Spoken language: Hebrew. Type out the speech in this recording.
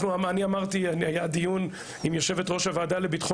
היה דיון עם יושבת ראש הוועדה לביטחון